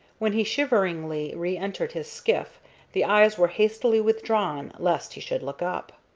when he shiveringly re-entered his skiff the eyes were hastily withdrawn lest he should look up.